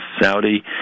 Saudi